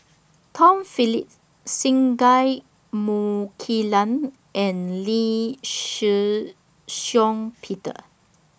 Tom Phillips Singai Mukilan and Lee Shih Shiong Peter